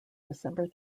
december